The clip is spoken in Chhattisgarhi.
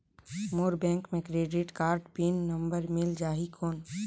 मोर बैंक मे क्रेडिट कारड पिन नंबर मिल जाहि कौन?